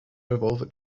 revolver